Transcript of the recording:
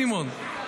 סימון.